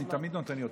אני תמיד נותן יותר.